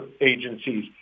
agencies